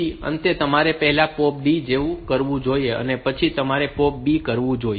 પછી અંતે તમારે પહેલા POP D જેવું કરવું જોઈએ અને પછી તમારે POP B કરવું જોઈએ